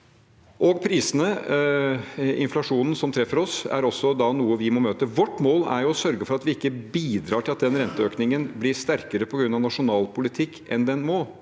inflasjonen som treffer oss, er også da noe vi må møte. Vårt mål er å sørge for at vi ikke bidrar til at den renteøkningen blir sterkere på grunn av nasjonal politikk enn den må